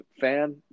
fan